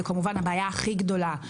זה כמובן הבעיה הכי גדולה,